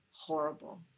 horrible